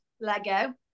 Lego